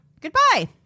Goodbye